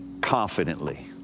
Confidently